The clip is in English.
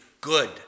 good